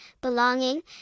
belonging